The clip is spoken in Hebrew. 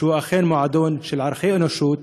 מועדון של ערכי אנושות,